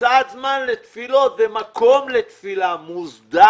הקצאת זמן לתפילות ומקום לתפילה מוסדר